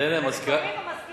אנחנו רוצים שתענה להם כאן בתורך.